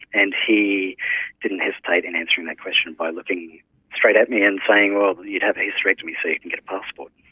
and he didn't hesitate in answering that question by looking straight at me and saying, well, you'd have a hysterectomy, and so you could get a passport.